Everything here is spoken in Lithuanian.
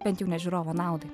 bent jau ne žiūrovo naudai